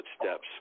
footsteps